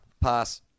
Pass